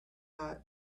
hot